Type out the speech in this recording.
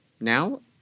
now